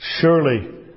surely